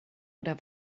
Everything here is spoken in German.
oder